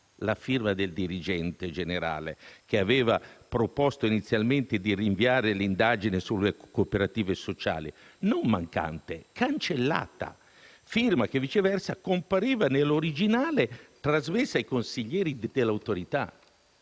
la firma del dirigente generale che aveva proposto inizialmente di rinviare l’indagine sulle cooperative sociali. Non era mancante, era cancellata. Firma che, viceversa, compariva nell’originale trasmesso ai consiglieri dell’Autorità.